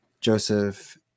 Joseph